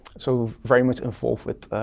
so very much involved with